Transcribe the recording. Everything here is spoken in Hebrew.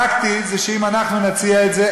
טקטית זה שאם אנחנו נציע את זה,